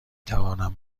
توانم